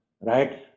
right